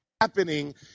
happening